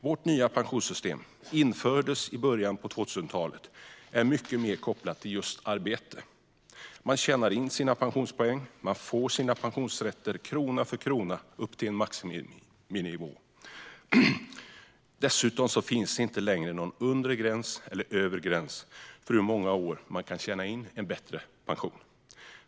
Vårt nya pensionssystem, som infördes i början av 2000-talet, är mycket mer kopplat till just arbete. Man tjänar in sina pensionspoäng. Man får sina pensionsrätter krona för krona upp till en maximinivå. Dessutom finns det inte längre någon undre eller övre gräns för hur många år man kan tjäna in en bättre pension.